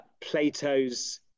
Plato's